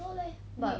don't know leh but